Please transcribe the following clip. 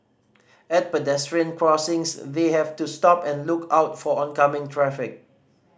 at pedestrian crossings they have to stop and look out for oncoming traffic